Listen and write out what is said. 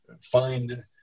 find